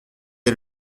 est